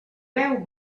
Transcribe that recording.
beu